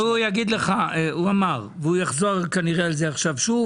ינון, הוא אמר לך והוא יחזור על זה שוב.